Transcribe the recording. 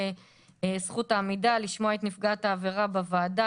זכות העמידה לשמוע את נפגעת העבירה בוועדה,